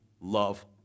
love